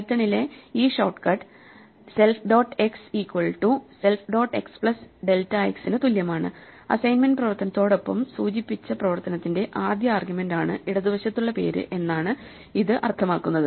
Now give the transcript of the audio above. പൈത്തണിലെ ഈ shortcut self dot x equal to self dot x plus delta x നു തുല്യമാണ് assignment പ്രവർത്തനത്തോടൊപ്പം സൂചിപ്പിച്ച പ്രവർത്തനത്തിന്റെ ആദ്യ ആർഗ്യുമെന്റാണ് ഇടതുവശത്തുള്ള പേര് എന്നാണ് ഇത് അർത്ഥമാക്കുന്നത്